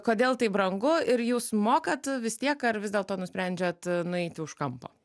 kodėl taip brangu ir jūs mokat vis tiek ar vis dėlto nusprendžiat nueiti už kampo